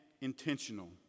intentional